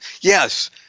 Yes